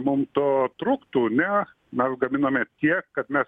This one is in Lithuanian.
mum to trūktų ne mes gaminame tiek kad mes